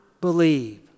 believe